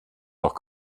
noch